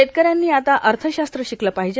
शेतकऱ्यांनी आता अर्थशास्त्र शिकलं पाहिजे